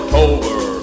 October